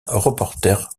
reporter